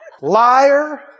Liar